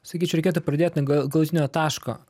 sakyčiau reikėtų pradėt nuo ga galutinio taško